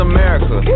America